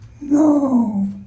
No